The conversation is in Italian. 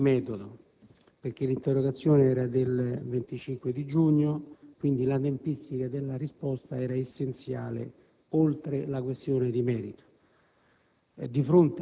per una ragione di metodo, dal momento che l'interrogazione era del 25 giugno, quindi la tempistica della risposta era essenziale, oltre la questione di merito.